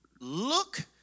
Look